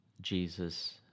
Jesus